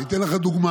אני אתן לך דוגמה,